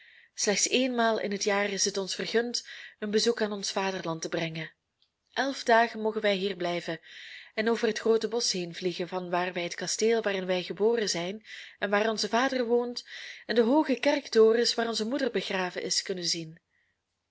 slechts eenmaal in het jaar is het ons vergund een bezoek aan ons vaderland te brengen elf dagen mogen wij hier blijven en over het groote bosch heenvliegen vanwaar wij het kasteel waarin wij geboren zijn en waar onze vader woont en de hooge kerktorens waar onze moeder begraven is kunnen zien